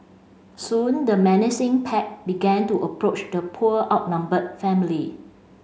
soon the menacing pack began to approach the poor outnumbered family